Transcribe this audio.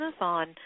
on